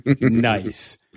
Nice